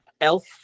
Elf